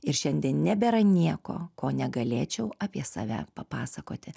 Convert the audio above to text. ir šiandien nebėra nieko ko negalėčiau apie save papasakoti